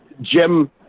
jim